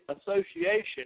association